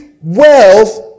wealth